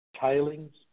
tailings